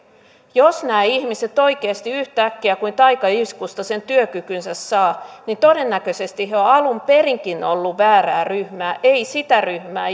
jos nämä ihmiset oikeasti yhtäkkiä kuin taikaiskusta sen työkykynsä saavat niin todennäköisesti he ovat alun perinkin olleet väärää ryhmää ei sitä ryhmää